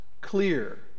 clear